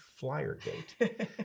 Flyergate